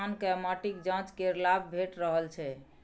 किसानकेँ माटिक जांच केर लाभ भेटि रहल छै